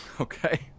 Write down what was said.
Okay